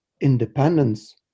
independence